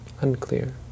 unclear